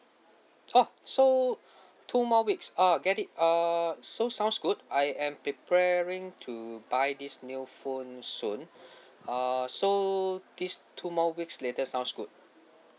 oh so two more weeks uh get it err so sounds good I am preparing to buy this new phone soon err so these two more weeks later sounds good